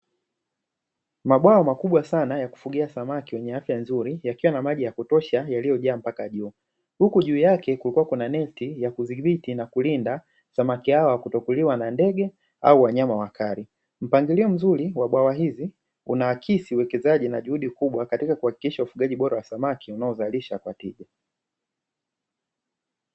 Mabwawa makubwa sana ya kufugia samaki wenye afya nzuri yakiwa na maji ya kutosha yaliyojaa mpaka juu, huku juu yake kukiwa na neti ya kudhibithi kulinda ndege au wanyama wakali. Mpangilio mzuri wa bwawa hizi unaakisi uwezekaji na juhudi kubwa katika kuhakikisha ufugaji bora wa samaki unaozalisha kwa tija.